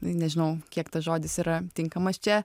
nežinau kiek tas žodis yra tinkamas čia